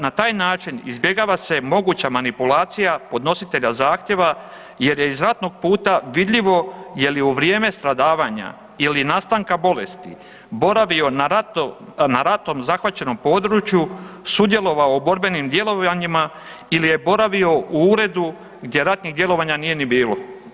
Na taj način izbjegava se moguća manipulacija podnositelja zahtjeva jer je iz ratnog puta vidljivo jel je u vrijeme stradavanja ili nastanka bolesti boravio na ratom zahvaćenom području, sudjelovao u borbenim djelovanjima ili je boravio u uredu gdje ratnih djelovanja nije ni bilo.